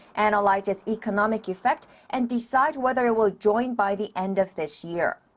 analyze its economic effect and decide whether it will join by the end of this year.